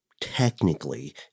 technically